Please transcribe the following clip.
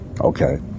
Okay